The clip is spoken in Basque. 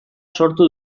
sortu